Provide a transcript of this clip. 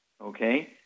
okay